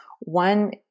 One